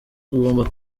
tugomba